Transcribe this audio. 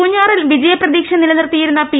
പൂഞ്ഞാറിൽ വിജയ പ്രതീക്ഷ നിലനിർത്തിയിരുന്ന പി